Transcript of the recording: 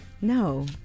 No